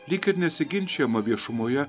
lyg ir nesiginčijama viešumoje